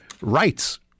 rights